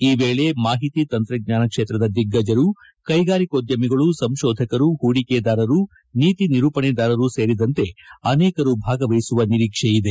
ಈ ವೇಳೆ ಮಾಹಿತಿ ತಂತ್ರಜ್ಞಾನ ಕ್ಷೇತ್ರದ ದಿಗ್ಗಜರು ಕೈಗಾರಿಕೋದ್ಯಮಿಗಳು ಸಂಶೋಧಕರು ಹೂಡಿಕೆದಾರರು ನೀತಿ ನಿರೂಪಣೆದಾರರು ಸೇರಿದಂತೆ ಅನೇಕರು ಭಾಗವಹಿಸುವ ನಿರೀಕ್ಷೆ ಇದೆ